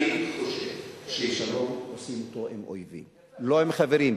אני חושב ששלום עושים עם אויבים, לא עם חברים.